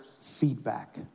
feedback